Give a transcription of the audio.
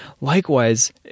Likewise